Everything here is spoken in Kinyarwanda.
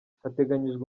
hateganyijwe